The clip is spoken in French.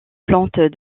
plantes